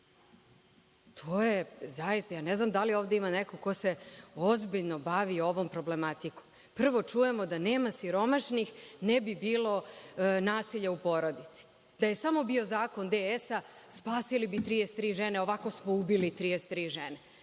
zakona DS. Ne znam da li ovde ima neko ko se ozbiljno bavi ovom problematikom. Prvo čujemo da nema siromašnih ne bi bilo nasilja u porodici. Da je samo bio zakon DS spasili bi 33 žene. Ovako smo ubili 33 žene.